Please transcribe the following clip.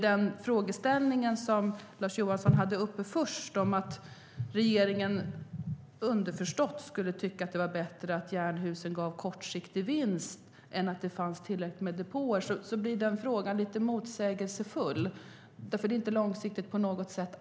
Den frågeställning som Lars Johansson först tog upp om att regeringen underförstått skulle tycka att det var bättre att Jernhusen gav kortsiktig vinst än att det fanns tillräckligt med depåer blir lite motsägelsefull eftersom det inte är långsiktigt alls på något sätt.